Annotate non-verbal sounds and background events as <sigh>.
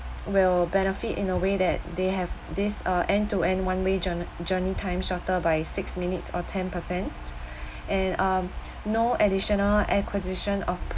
will benefit in a way that they have this uh end to end one way journa~ journey time shorter by six minutes or ten per cent <breath> and uh no additional acquisition of